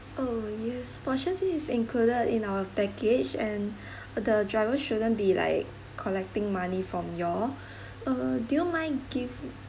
oh yes for sure this is included in our package and the driver shouldn't be like collecting money from you all uh do you mind give